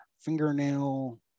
fingernail